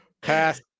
Pass